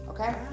Okay